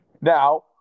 Now